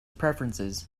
preferences